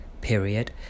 period